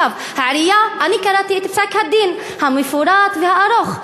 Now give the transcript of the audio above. אני קראתי את פסק-הדין המפורט, הארוך.